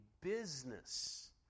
business